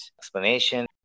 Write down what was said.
explanation